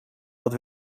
dat